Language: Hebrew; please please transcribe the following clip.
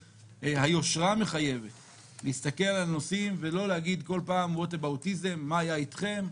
היושרה מחייבת להסתכל על נושאים ולא להגיד בכל פעם "מה היה אתכם?"